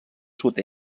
sud